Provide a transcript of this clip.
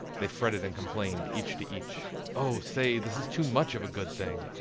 they fretted and complained each to each. oh, say, this is too much of a good thing!